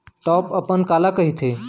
Top अपन काला कहिथे?